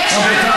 רבותיי,